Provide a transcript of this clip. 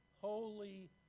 holy